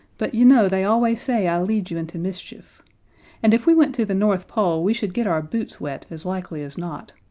but you know they always say i lead you into mischief and if we went to the north pole we should get our boots wet, as likely as not,